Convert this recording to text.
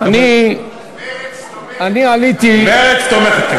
אני עליתי, מרצ תומכת במחבלים.